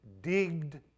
digged